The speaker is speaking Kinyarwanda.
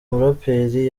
muraperi